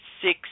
six